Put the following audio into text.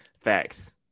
Facts